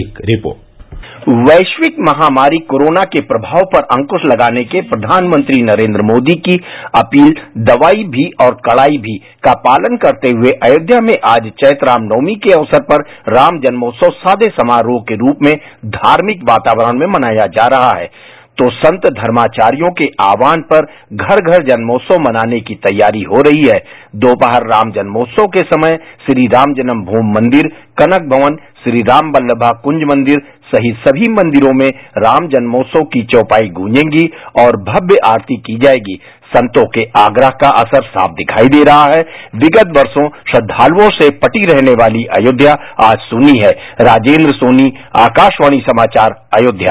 एक रिपोर्ट वैश्विक महामारी कोरोना के प्रभाव पर अंकुश लगाने के लिए प्रघानमंत्री नरेंद्र मोदी की अपील दवाई भी और कड़ाई भी का पालन करते हुए अयोध्या में आज चैत्र रामनवभी के अवसर पर राम जन्मोत्सव सादे समारोह के रूप में धार्मिक वातावरण में मनाया जा रहा हैतो संत धार्माचार्यों के आह्वान पर घर घर जन्मोत्सव मानाने की तैयारी हो रही हैद्यदोपहर राम जन्मोत्सव के समय श्री राम जन्म भूमि मॉदेरकनक भवनश्री राम बल्लाभाकृंज मॉदेर सहित सभी मॉदेरों में राम जन्मोत्सव की चौपाई गूंजेंगी और भव्य आरती की जायेगीसंतों के आग्रह को असर साफ दिखाई दे रहा हैविगत वर्षों श्रद्वालुओं से पाती रहने वाली अयोध्या आज सूनी है राजेद्र सोनी आशावाणी समाचार अयोध्या